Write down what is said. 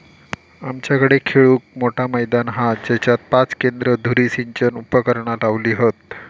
आमच्याकडे खेळूक मोठा मैदान हा जेच्यात पाच केंद्र धुरी सिंचन उपकरणा लावली हत